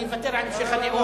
אני אוותר על המשך הנאום.